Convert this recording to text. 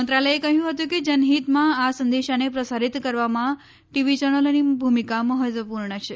મંત્રાલયે કહ્યું હતું કે જનહિતમાં આ સંદેશાને પ્રસારિત કરવામાં ટીવી ચેનલોની ભૂમિકા મહત્વપુર્ણ છે